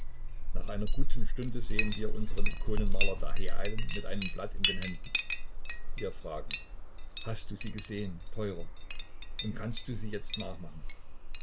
nach einer guten stunde sehen wir unseren ikonenmaler dahereilen mit einem blatt in den händen wir fragen hast du sie gesehen teurer und kannst du sie jetzt nachmachen